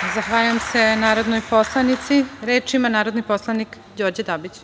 Kovač** Zahvaljujem se narodnoj poslanici. Reč ima narodni poslanik Đorđe Dabić.